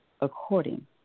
according